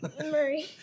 Murray